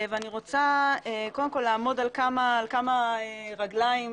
ואני רוצה קודם כל לעמוד על כמה רגליים